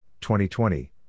2020